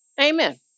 Amen